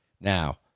now